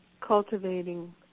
cultivating